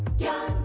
yeah,